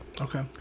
Okay